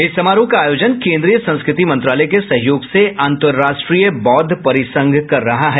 इस समारोह का आयोजन केंद्रीय संस्कृति मंत्रालय के सहयोग से अंतर्राष्ट्रीय बौद्ध परिसंघ कर रहा है